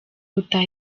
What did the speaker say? gutaha